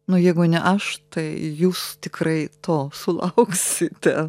nu jeigu ne aš tai jūs tikrai to sulauksite